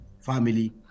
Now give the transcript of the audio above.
family